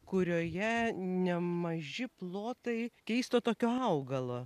kurioje nemaži plotai keisto tokio augalo